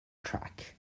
track